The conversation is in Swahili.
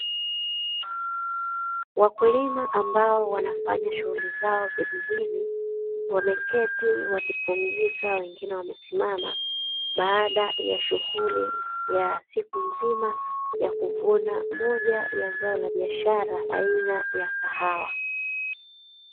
Wakulima ambao wanafanya shughuli zao vijijini wameketi wakipumzika wengine wamesimama, baada ya shughuli ya siku nzima ya kuvuna moja ya zao la biashara aina ya kahawa.